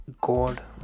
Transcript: God